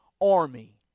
army